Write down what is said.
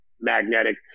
magnetic